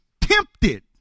tempted